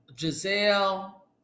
Giselle